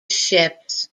ships